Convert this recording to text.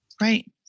Right